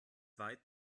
weit